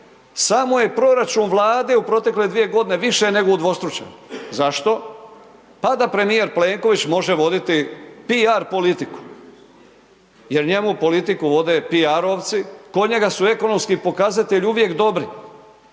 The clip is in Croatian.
samo je proračun Vlade u protekle 2 godine više nego udvostručen. Zašto? Pa da premijer Plenković može voditi PR politiku, jer njemu politiku vode PR-ovci, kod njega su ekonomski pokazatelji uvijek dobri.